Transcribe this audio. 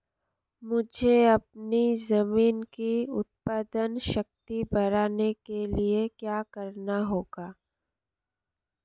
मुझे अपनी ज़मीन की उत्पादन शक्ति बढ़ाने के लिए क्या करना होगा?